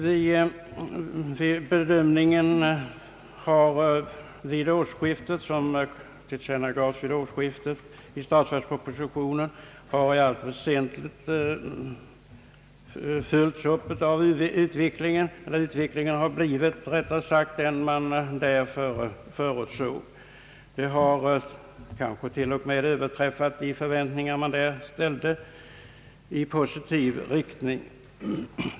Vid bedömningen av statsverkspropositionen, som tillkännagavs vid årsskiftet, har man kunnat konstatera att utvecklingen i allt väsentligt gått i den riktning som där förutsågs. Utvecklingen har i positiv riktning kanske till och med överträffat de förväntningar som där ställdes.